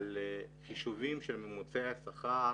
על חישובים של ממוצעי השכר